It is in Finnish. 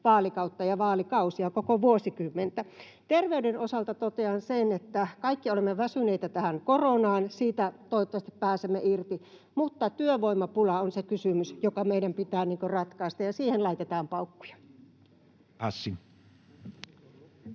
vaalikautta ja vaalikausia, koko vuosikymmentä. Terveyden osalta totean sen, että kaikki olemme väsyneitä tähän koronaan. Siitä toivottavasti pääsemme irti, mutta työvoimapula on se kysymys, [Arto Satonen: Kyllä, se on totta!] joka meidän pitää ratkaista, ja siihen laitetaan paukkuja.